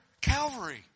Calvary